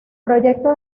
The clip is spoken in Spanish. proyecto